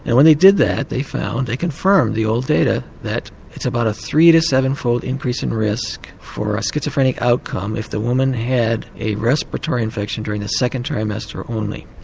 and when they did that they found. they confirmed the old data that it's about a three to seven-fold increase in risk for a schizophrenic outcome if the women had a respiratory infection during the second trimester only.